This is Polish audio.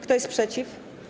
Kto jest przeciw?